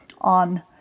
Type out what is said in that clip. on